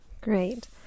Great